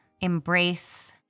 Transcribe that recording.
embrace